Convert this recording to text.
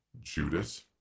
Judas